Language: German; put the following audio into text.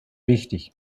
wichtig